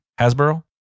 hasbro